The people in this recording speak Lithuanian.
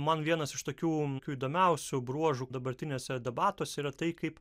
man vienas iš tokių tokių įdomiausių bruožų dabartiniuose debatuose yra tai kaip